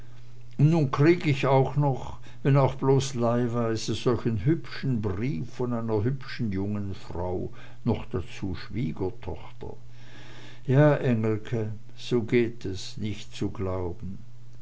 nu krieg ich auch noch wenn auch bloß leihweise solchen hübschen brief von einer hübschen jungen frau noch dazu schwiegertochter ja engelke so geht's nich zu glauben